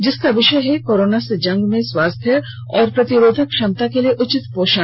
जिसका विषय है कोरोना से जंग में स्वास्थ्य और प्रतिरोधक क्षमता के लिए उचित पोषण